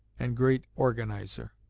and great organizer.